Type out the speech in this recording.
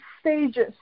stages